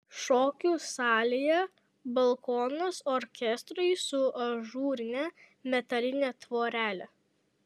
šokių salėje balkonas orkestrui su ažūrine metaline tvorele